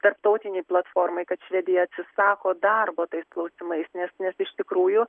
tarptautinei platformai kad švedija atsisako darbo tais klausimais nes nes iš tikrųjų